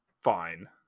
Fine